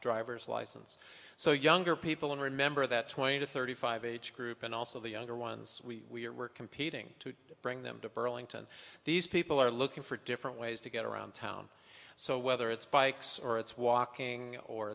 driver's license so younger people and remember that twenty to thirty five age group and also the younger ones we are we're competing to bring them to burlington these people are looking for different ways to get around town so whether it's bikes or it's walking or